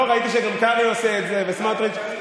לא, ראיתי שגם קרעי עושה את זה, וסמוטריץ'.